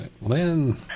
lynn